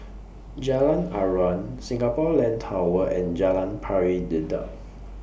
Jalan Aruan Singapore Land Tower and Jalan Pari Dedap